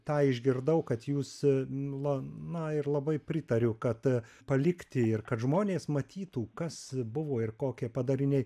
tą išgirdau kad jūs nu na ir labai pritariu kad palikti ir kad žmonės matytų kas buvo ir kokie padariniai